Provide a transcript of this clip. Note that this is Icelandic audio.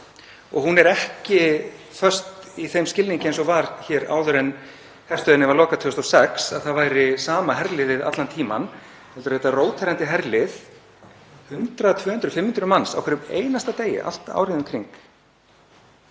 Hún er ekki föst í þeim skilningi eins og var hér áður en herstöðinni var lokað 2006, að það væri sama herliðið allan tímann, heldur er þetta auðvitað róterandi herlið, 100, 200 og 500 manns á hverjum einasta degi allt árið um kring.